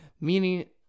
meaning